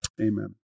Amen